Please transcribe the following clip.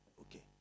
Okay